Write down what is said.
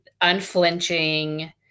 unflinching